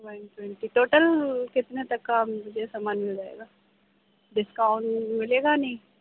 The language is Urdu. ون ٹوینٹی ٹوٹل کتنے تک کا میرا سامان مل جائے گا ڈسکاؤنٹ ملے گا یا نہیں